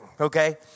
okay